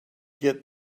get